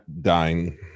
dying